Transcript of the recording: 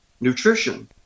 nutrition